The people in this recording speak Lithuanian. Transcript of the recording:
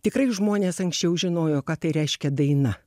tikrai žmonės anksčiau žinojo ką tai reiškia daina